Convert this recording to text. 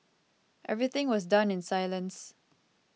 everything was done in silence